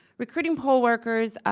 recruiting poll workers,